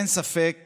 אין ספק